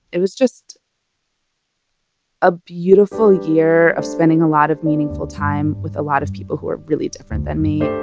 it was just a beautiful year of spending a lot of meaningful time with a lot of people who are really different than me.